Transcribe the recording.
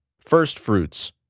firstfruits